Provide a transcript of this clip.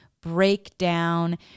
breakdown